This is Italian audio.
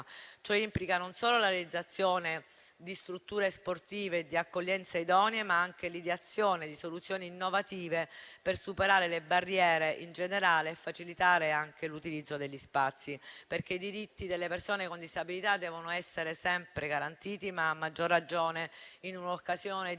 Ciò implica non solo la realizzazione di strutture sportive e di accoglienza idonee, ma anche l'ideazione di soluzioni innovative per superare le barriere in generale e facilitare anche l'utilizzo degli spazi. Questo perché i diritti delle persone con disabilità devono essere sempre garantiti, ma a maggior ragione in occasione di